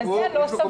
אז זה לא סביר.